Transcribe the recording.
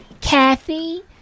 Kathy